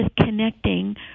connecting